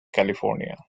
california